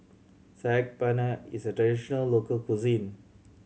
Saag Paneer is a traditional local cuisine